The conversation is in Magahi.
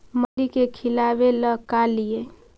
मछली के खिलाबे ल का लिअइ?